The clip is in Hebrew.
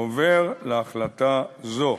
עובר להחלטה זו.